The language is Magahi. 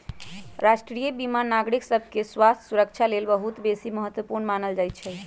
राष्ट्रीय बीमा नागरिक सभके स्वास्थ्य सुरक्षा लेल बहुत बेशी महत्वपूर्ण मानल जाइ छइ